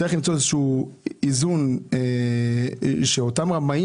צריך למצוא איזשהו איזון שבו הרמאים